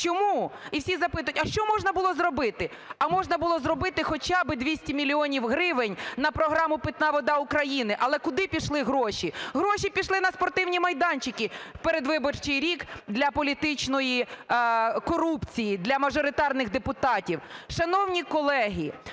Чому? І всі запитують: а що можна було зробити? А можна було зробити хоча би 200 мільйонів гривень на програму "Питна вода України". Але куди пішли гроші? Гроші пішли на спортивні майданчики в передвиборчий рік для політичної корупції для мажоритарних депутатів. Шановні колеги,